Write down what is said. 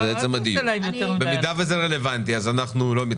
אל תעשה להם יותר מדי הנחות.